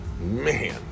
man